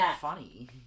funny